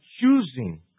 choosing